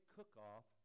Cookoff